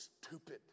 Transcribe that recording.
stupid